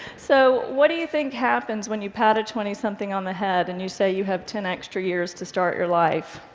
so what do you think happens when you pat a twentysomething on the head and you say, you have ten extra years to start your life?